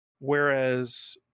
Whereas